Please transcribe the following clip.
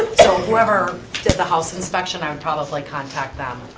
so, whoever did the house inspection, i would probably contact them.